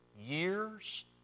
years